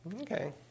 Okay